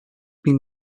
been